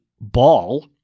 ball